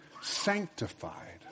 sanctified